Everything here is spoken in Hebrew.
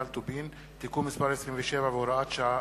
על טובין (תיקון מס' 27 והוראת שעה),